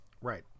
Right